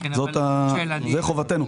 זה חובתנו.